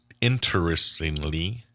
Interestingly